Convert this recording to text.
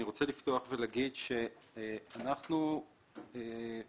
אני רוצה לפתוח ולהגיד שאנחנו מצטרפים